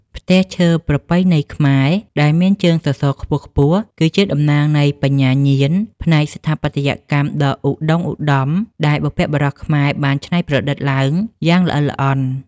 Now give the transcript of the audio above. ផ្ទះឈើប្រពៃណីខ្មែរដែលមានជើងសសរខ្ពស់ៗ គឺជាតំណាងនៃបញ្ញាញាណផ្នែកស្ថាបត្យកម្មដ៏ឧត្តុង្គឧត្តម ដែលបុព្វបុរសខ្មែរបានច្នៃប្រឌិតឡើងយ៉ាងល្អិតល្អន់។